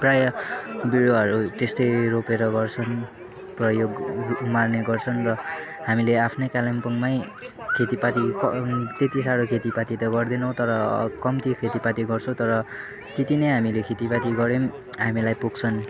प्रायः बिरुवाहरू त्यस्तै रोपेर गर्छौँ प्रयोग उमार्ने गर्छन् र हामीले आफ्नै कालिम्पोङमै खेतीपाती त्यति साह्रो खेतीपाती त गर्दैनौँ तर कम्ती खेतीपाती गर्छौँ तर त्यति नै हामीले खेतीपाती गरे पनि हामीलाई पुग्छन्